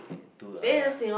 eh two ah